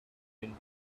been